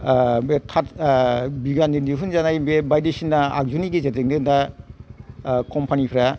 ओह बे थात ओह बिगियानजों दिहुनजानाय बे बायदिसिना दिहुनजानाय बिगियाननि आगजुनि गेजेरजोंनो दा कम्फानिफ्रा